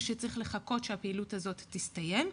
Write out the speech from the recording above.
ושצריך לחכות שהפעילות הזאת תסתיים.